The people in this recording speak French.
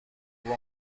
vaux